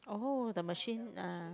oh the machine ah